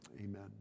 Amen